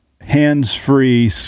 hands-free